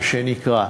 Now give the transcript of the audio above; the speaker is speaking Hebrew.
מה שנקרא,